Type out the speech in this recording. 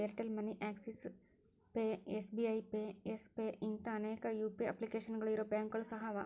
Airtel Money Axis Pay SBI Pay Yes Pay ಇಂಥಾ ಅನೇಕ UPI ಅಪ್ಲಿಕೇಶನ್ಗಳು ಇರೊ ಬ್ಯಾಂಕುಗಳು ಸಹ ಅವ